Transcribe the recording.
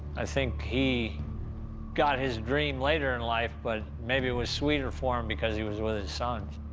i think he got his dream later in life, but maybe it was sweeter for him because he was with his sons.